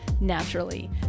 naturally